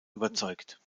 überzeugt